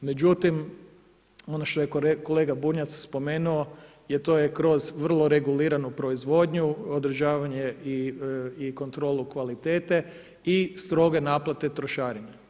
Međutim, ono što je kolega Bunjac spomenuo, a to je kroz vrlo reguliranu proizvodnju, održavanje i kontrolu kvalitete i stroge naplate trošarine.